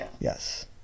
yes